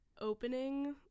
opening